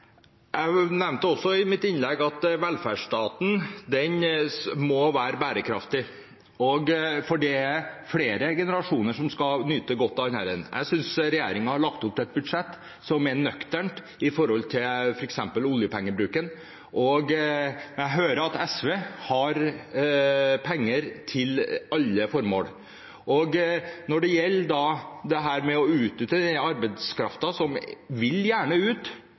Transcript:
Jeg nevnte også i mitt innlegg at velferdsstaten må være bærekraftig, for det er flere generasjoner som skal nyte godt av den. Jeg synes regjeringen har lagt opp til et budsjett som er nøkternt med tanke på f.eks. oljepengebruken. Jeg hører at SV har penger til alle formål. Når det gjelder dette med å utnytte den arbeidskraften som gjerne vil ut,